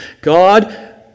God